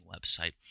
website